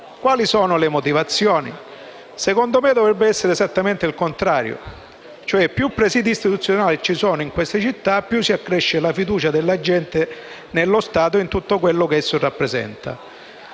Quali sono le motivazioni? Secondo me dovrebbe essere il contrario: più presidi istituzionali sono presenti in certe città, più si accresce la fiducia della gente nello Stato e in quanto esso rappresenta.